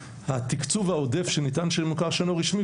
התקצוב העודף כאן שניתן למוכר שאינו רשמי,